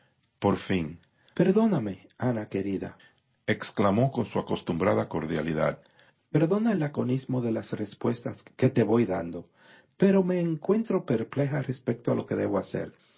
por fin perdóname ana querida exclamó con su acostumbrada cordialidad perdona el laconismo de las respuestas que te voy dando pero me encuentro perpleja respecto a lo que debo hacer